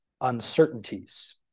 uncertainties